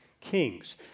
Kings